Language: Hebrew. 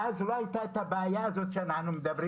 ואז לא היתה הבעיה הזאת שאנחנו מדברים עליה.